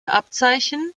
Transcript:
abzeichen